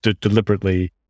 deliberately